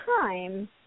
time